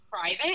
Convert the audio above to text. private